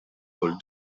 kull